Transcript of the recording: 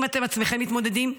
אם אתם עצמכם מתמודדים,